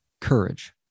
courage